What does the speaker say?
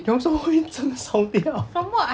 有这种会真的烧掉